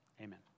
Amen